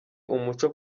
umuco